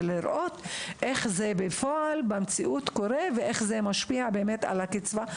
ולראות איך זה קורה בפועל במציאות ואיך זה משפיע באמת על הקצבה.